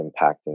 impacting